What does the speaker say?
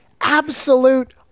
absolute